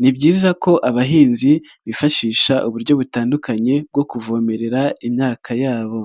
Ni byiza ko abahinzi bifashisha uburyo butandukanye bwo kuvomerera imyaka yabo.